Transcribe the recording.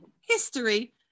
history